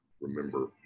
remember